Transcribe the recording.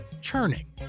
churning